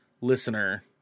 listener